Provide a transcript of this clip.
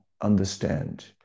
understand